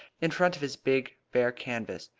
in front of his big bare canvas.